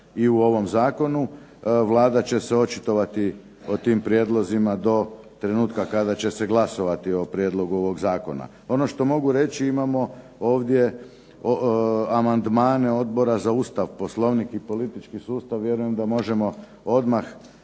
i u ovom zakonu. Vlada će se očitovati o tim prijedlozima do trenutka kada će se glasovati o prijedlogu ovog zakona. Ono što mogu reći imamo ovdje amandmane Odbora za Ustav, Poslovnik i politički sustav. Vjerujem da možemo odmah